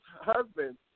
husband